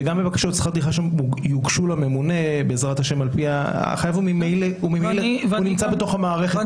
גם בבקשות שכר טרחה שיוגשו לממונה -- החייב ממילא נמצא בתוך המערכת,